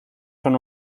son